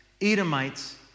Edomites